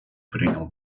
принял